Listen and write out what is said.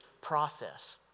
process